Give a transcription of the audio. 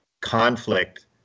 conflict